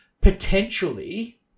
potentially